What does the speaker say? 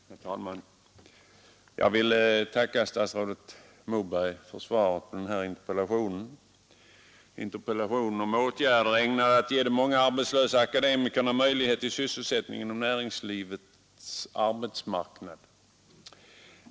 Herr talman! Jag vill tacka statsrådet Moberg för svaret på denna interpellation om åtgärder ägnade att ge de många arbetslösa akademikerna möjlighet till sysselsättning inom näringslivets arbetsmarknad.